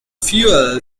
fuel